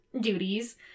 duties